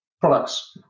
products